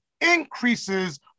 increases